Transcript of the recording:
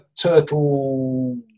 turtle